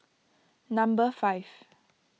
number five